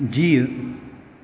जीउ